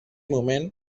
moment